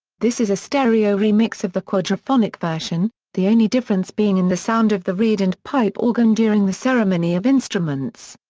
this is a stereo remix of the quadrophonic version, the only difference being in the sound of the reed and pipe organ during the ceremony of instruments.